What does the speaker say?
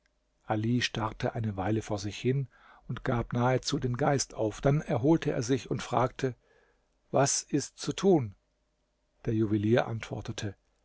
ali starrte eine weile vor sich hin und gab nahezu den geist auf dann erholte er sich und fragte was ist zu tun der juwelier antwortete